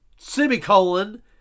Semicolon